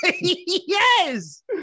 Yes